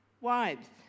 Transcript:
Wives